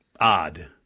odd